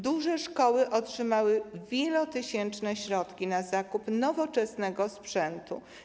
Duże szkoły otrzymały wielotysięczne środki na zakup nowoczesnego sprzętu.